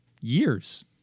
years